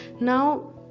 Now